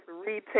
Retail